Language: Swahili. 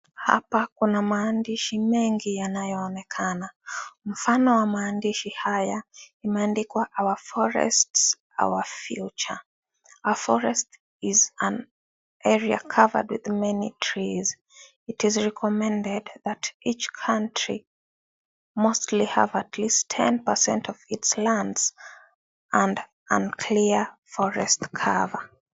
Hapa kuna maandishi mengi yanayoonekana, mfano ya maandishi haya imeandikwa (CS)our forest our future. A forest is an area covered with many trees ,it is recommended that each country mostly have at least 10% of it's land and a clear forest cover(CS).